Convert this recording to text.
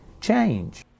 change